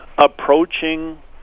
approaching